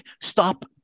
Stop